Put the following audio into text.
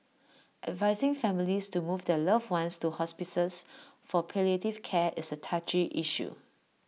advising families to move their loved ones to hospices for palliative care is A touchy issue